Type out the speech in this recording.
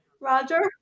Roger